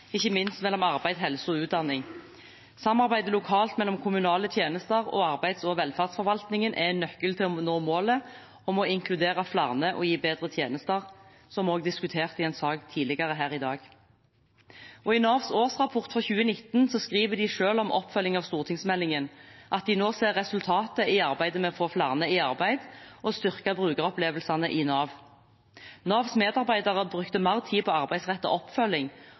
ikke minst mellom arbeid, helse og utdanning. Samarbeidet lokalt mellom kommunale tjenester og arbeids- og velferdsforvaltningen er en nøkkel til å nå målet om å inkludere flere og gi bedre tjenester, som vi også diskuterte i sak tidligere her i dag. I Navs årsrapport for 2019 skriver de selv om oppfølgingen av stortingsmeldingen at de nå ser resultatet av arbeidet med å få flere i arbeid og å styrke brukeropplevelsene i Nav. Navs medarbeidere brukte mer tid på arbeidsrettet oppfølging